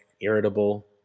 irritable